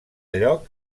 lloc